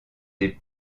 des